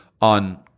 on